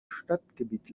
stadtgebiet